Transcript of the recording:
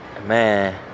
Man